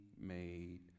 made